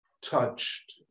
touched